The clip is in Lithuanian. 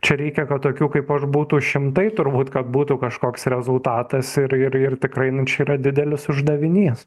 čia reikia kad tokių kaip aš būtų šimtai turbūt kad būtų kažkoks rezultatas ir ir ir tikrai nu čia yra didelis uždavinys